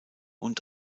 und